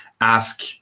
ask